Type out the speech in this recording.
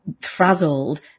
frazzled